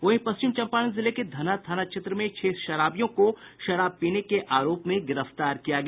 वहीं पश्चिम चंपारण जिले के धनहा थाना क्षेत्र में छह शराबियों को शराब पीने के आरोप में गिरफ्तार किया गया